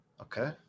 Okay